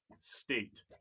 state